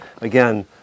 again